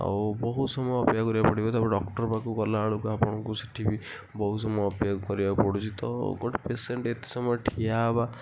ଆଉ ବହୁତ ସମୟ ଅପେକ୍ଷା କରିବାକୁ ପଡ଼ିବ ତା'ପରେ ଡକ୍ଟର୍ ପାଖକୁ ଗଲାବେଳକୁ ଆପଣଙ୍କୁ ସେଠି ବି ବହୁତ ସମୟ ଅପେକ୍ଷା କରିବାକୁ ପଡ଼ୁଛି ତ ଗୋଟେ ପେସେଣ୍ଟ୍ ଏତେ ସମୟ ଠିଆ ହବା